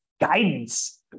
guidance